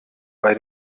bei